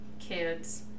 kids